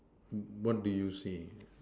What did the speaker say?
what do you say